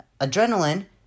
Adrenaline